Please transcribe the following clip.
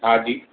હા જી